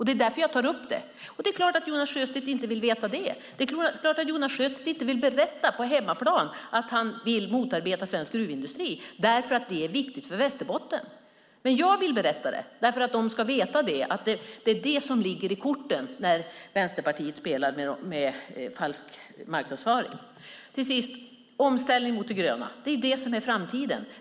Det är därför jag tar upp det. Det är klart att Jonas Sjöstedt inte vill höra det. Det är klart att Jonas Sjöstedt inte vill berätta på hemmaplan att han vill motarbeta svensk gruvindustri eftersom den är viktig för Västerbotten. Men jag vill berätta det därför att de ska veta att Vänsterpartiet sysslar med falsk marknadsföring. Omställningen till det gröna är framtiden.